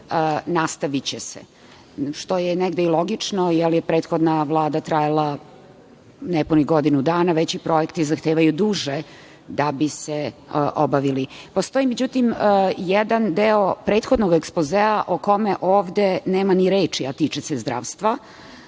nastaviće se, što je negde i logično, jer je prethodna Vlada trajala nepunih godinu dana, a veći projekti zahtevaju duže da bi se obavili. Postoji, međutim, jedan deo prethodnog ekspozea o kome ovde nema ni reči, a tiče se zdravstva,